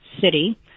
city